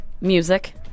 music